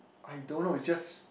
I don't know it just